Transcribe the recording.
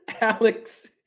Alex